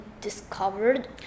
discovered